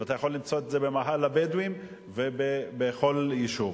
ואתה יכול למצוא את זה במאהל הבדואים ובכל יישוב.